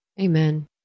Amen